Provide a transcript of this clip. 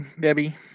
Debbie